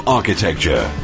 Architecture